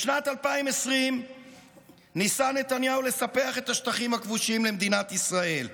בשנת 2020 ניסה נתניהו לספח את השטחים הכבושים למדינת ישראל.